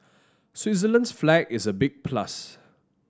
Switzerland's flag is a big plus